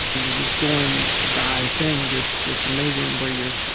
you're just doing guy things it's it's amazing where you're